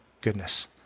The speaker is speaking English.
goodness